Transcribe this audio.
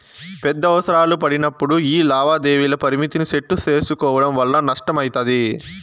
పెద్ద అవసరాలు పడినప్పుడు యీ లావాదేవీల పరిమితిని సెట్టు సేసుకోవడం వల్ల నష్టమయితది